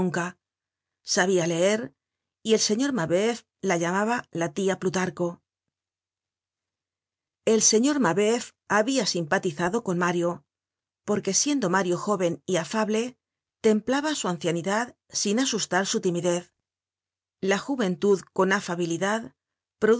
sabia leer y el señor mabeuf la llamaba la tia plutarco content from google book search generated at el señor mabeuf habia simpatizado con mario porque siendo mario joven y afable templaba su ancianidad sin asustar su timidez la juventud con afabilidad